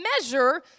measure